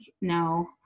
no